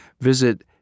visit